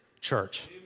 church